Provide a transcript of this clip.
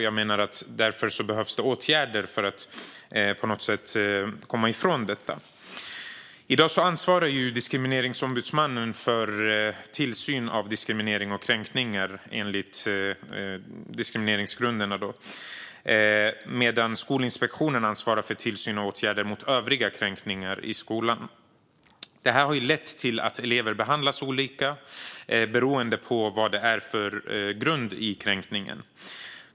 Jag menar att det behövs åtgärder för att på något sätt komma ifrån detta. I dag ansvarar Diskrimineringsombudsmannen för tillsyn av diskriminering och kränkningar enligt diskrimineringsgrunderna medan Skolinspektionen ansvarar för tillsyn och åtgärder för övriga kränkningar i skolan. Det har lett till att elever behandlas olika beroende på vad det är för grund i kränkningen.